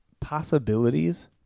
Possibilities